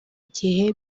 igihe